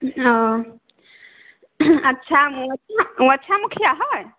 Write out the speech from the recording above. ओ अच्छा ओ अच्छा मुखिआ हइ